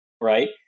right